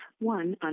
one